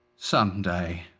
someday,